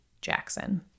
Jackson